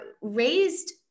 raised